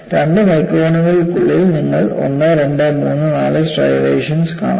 അതിനാൽ രണ്ട് മൈക്രോണിനുള്ളിൽ നിങ്ങൾക്ക് 1 2 3 4 സ്ട്രൈയേഷൻസ് കാണാം